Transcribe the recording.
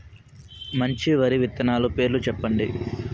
మంచి వరి విత్తనాలు పేర్లు చెప్పండి?